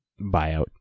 buyout